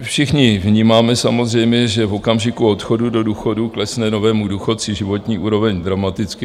Všichni vnímáme samozřejmě, že v okamžiku odchodu do důchodu klesne novému důchodci životní úroveň dramaticky.